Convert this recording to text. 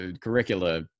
curricula